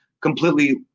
completely